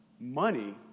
money